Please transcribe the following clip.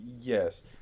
Yes